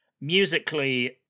musically